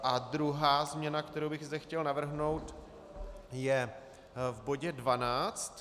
A druhá změna, kterou bych zde chtěl navrhnout, je v bodě 12.